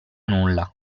nulla